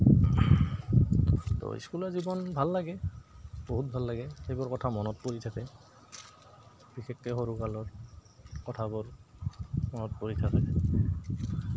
তো স্কুলীয়া জীৱন ভাল লাগে বহুত ভাল লাগে সেইবোৰ কথা মনত পৰি থাকে বিশেষকৈ সৰুকালৰ কথাবোৰ মনত পৰি থাকে